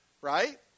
Right